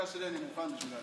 בעיריית נווה חמצוצים רצו למנות